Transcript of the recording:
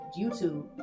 YouTube